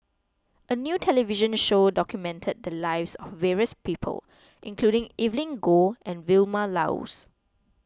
a new television show documented the lives of various people including Evelyn Goh and Vilma Laus